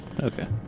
Okay